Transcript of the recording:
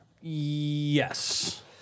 Yes